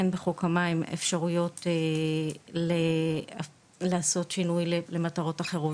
אין בחוק המים אפשרויות לעשות שינוי למטרות אחרות.